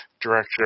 director